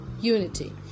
unity